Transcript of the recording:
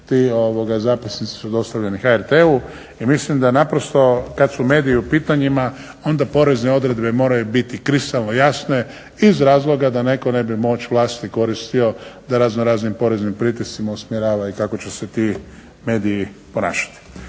ti zapisnici su dostavljeni HRT-u i mislim da naprosto kad su mediji u pitanjima onda porezne odredbe moraju biti kristalno jasne iz razloga da netko ne bi moć vlasti koristio da razno raznim poreznim pritiscima usmjerava i kako će se ti mediji ponašati.